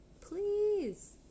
Please